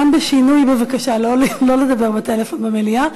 גם בשינוי בבקשה לא לדבר בטלפון במליאה.